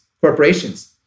corporations